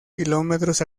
kilómetros